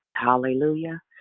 Hallelujah